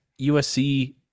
USC